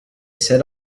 set